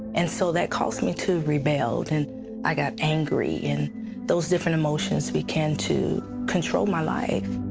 and so that caused me to rebel. and i got angry. and those different emotions began to control my life.